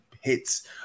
hits